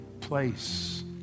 place